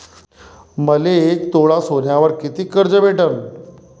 मले एक तोळा सोन्यावर कितीक कर्ज भेटन?